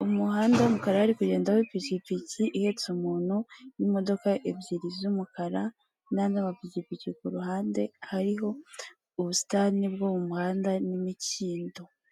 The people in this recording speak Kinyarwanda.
Ikinyabiziga k'ibinyamitende kikoreye kigaragara cyakorewe mu Rwanda n'abagabo batambuka muri iyo kaburimbo n'imodoka nyinshi ziparitse zitegereje abagenzi.